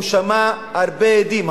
הוא שמע הרבה עדים,